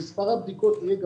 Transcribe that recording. אם מספר הבדיקות יהיה גבוה,